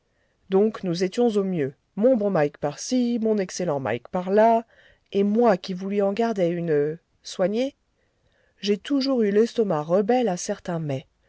donc nous étions au mieux mon bon mike par ci mon excellent mike par là et moi qui vous lui en gardais une soignée j'ai toujours eu l'estomac rebelle à certains mets